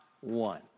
one